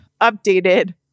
updated